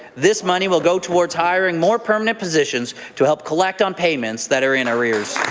this money will go towards hiring more permanent positions to help collect on paymentses that are in arrears.